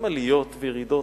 עם עליות וירידות,